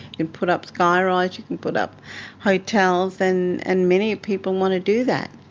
and put up skyrise, you could put up hotels, and and many people want to do that.